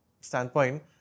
standpoint